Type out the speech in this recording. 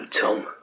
Tom